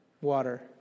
water